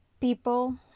people